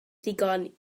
ddigon